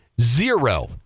Zero